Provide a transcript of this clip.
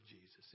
Jesus